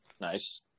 Nice